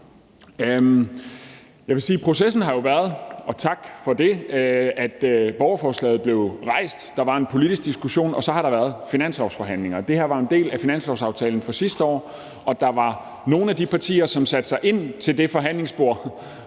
processen har været – og tak for det – at borgerforslaget blev rejst, at der var en politisk diskussion, og at der så har været finanslovsforhandlinger, og det her har været en del af finanslovsaftalen fra sidste år. Der var nogle af partierne, som satte sig ind til forhandlingsbordet